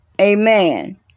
Amen